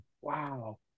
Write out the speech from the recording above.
Wow